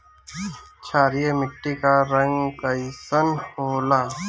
क्षारीय मीट्टी क रंग कइसन होला?